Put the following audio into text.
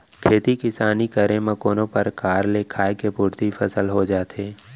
खेती किसानी करे म कोनो परकार ले खाय के पुरती फसल हो जाथे